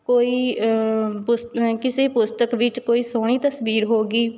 ਕੋਈ ਪੁਸਤ ਅ ਕਿਸੇ ਪੁਸਤਕ ਵਿੱਚ ਕੋਈ ਸੋਹਣੀ ਤਸਵੀਰ ਹੋ ਗਈ